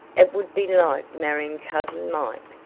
it would be like marrying cousin mike,